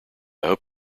hope